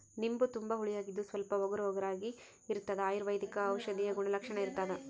ನಿಂಬು ತುಂಬಾ ಹುಳಿಯಾಗಿದ್ದು ಸ್ವಲ್ಪ ಒಗರುಒಗರಾಗಿರಾಗಿರ್ತದ ಅಯುರ್ವೈದಿಕ ಔಷಧೀಯ ಗುಣಲಕ್ಷಣ ಇರ್ತಾದ